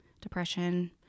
depression